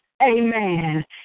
amen